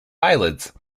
eyelids